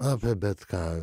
apie bet ką